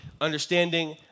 understanding